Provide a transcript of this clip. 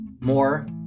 More